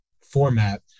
format